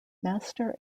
master